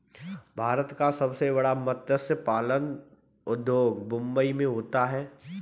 भारत का सबसे बड़ा मत्स्य पालन उद्योग मुंबई मैं होता है